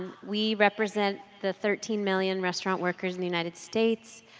we represent the thirteen million restaurant workers in the united states.